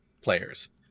players